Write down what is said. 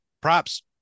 props